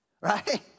Right